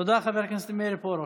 תודה, חבר הכנסת מאיר פרוש.